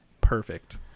perfect